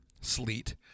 sleet